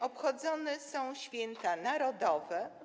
obchodzone są święta narodowe.